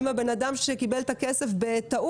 אם הבן אדם שקיבל את הכסף בטעות,